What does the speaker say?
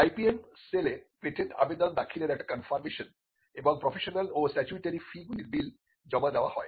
IPM সেলে patent আবেদন দাখিলের একটি কনফার্মেশন এবং প্রফেশনাল ও স্ট্যাটিউটরি ফি গুলির বিল জমা দেওয়া হয়